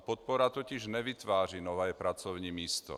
Podpora totiž nevytváří nové pracovní místo.